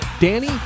Danny